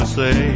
say